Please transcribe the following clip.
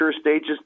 stages